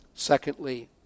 Secondly